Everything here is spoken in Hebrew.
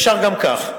אפשר גם כך.